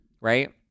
Right